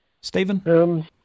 Stephen